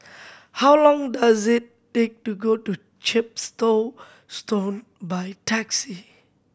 how long does it take to go to Chepstow Stone by taxi